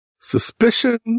suspicion